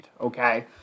okay